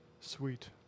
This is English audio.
Sweet